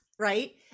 Right